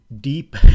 deep